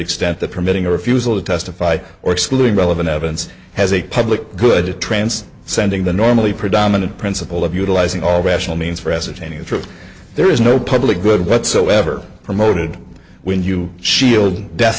extent that permitting a refusal to testify or excluding relevant evidence has a public good trance sending the normally predominant principle of utilizing all rational means for ascertaining the truth there is no public good whatsoever promoted when you shield death